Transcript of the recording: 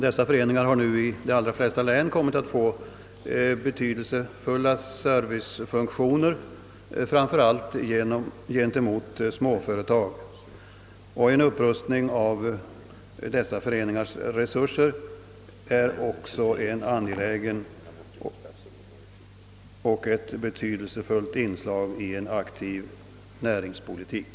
Dessa föreningar har nu i de allra flesta län fått betydelsefulla = arbetsfunktioner, framför allt i vad gäller småföretag. En upprustning av dessa föreningars resurser är också ett angeläget och betydelsefullt inslag i en aktiv näringspolitik.